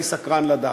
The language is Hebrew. אני סקרן לדעת.